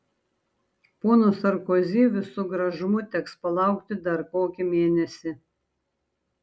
pono sarkozi visu gražumu teks palaukti dar kokį mėnesį